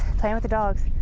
play with the dogs.